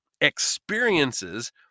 experiences